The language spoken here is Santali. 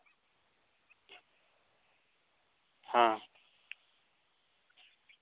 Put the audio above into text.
ᱦᱮᱸ